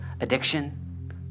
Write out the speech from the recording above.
addiction